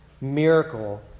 miracle